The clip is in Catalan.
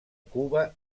cuba